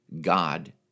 God